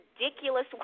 ridiculous